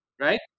right